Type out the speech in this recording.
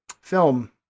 film